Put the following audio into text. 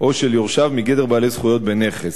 או של יורשיו מגדר בעלי זכויות בנכס.